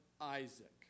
Isaac